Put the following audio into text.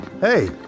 Hey